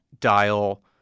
dial